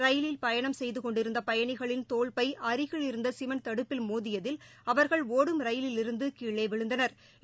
ரயிலில் பயணம் செய்து கொண்டிருந்த பயணிகளின் தோள் பை அருகில் இருந்த சிமெண்ட் தடுப்பில் மோதியதில் அவாகள் ஒடும் ரயிலிலிருந்து கீழே விழுந்தனா்